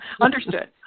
Understood